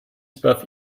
above